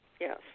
Yes